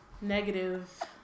Negative